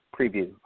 preview